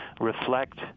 reflect